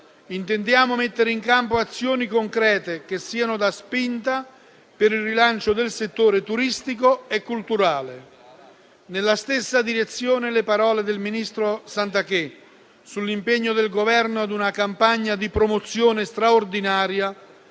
Intendiamo mettere in campo azioni concrete, che siano da spinta per il rilancio del settore turistico e culturale. Nella stessa direzione le parole del ministro Garnero Santanchè sull'impegno del Governo a una campagna di promozione straordinaria